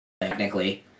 technically